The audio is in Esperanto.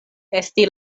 esti